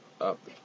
up